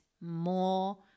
more